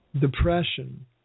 depression